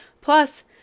Plus